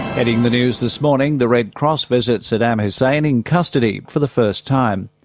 heading the news this morning, the red cross visits saddam hussein in custody for the first time.